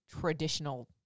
traditional